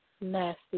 Nasty